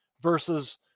versus